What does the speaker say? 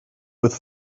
with